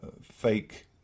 fake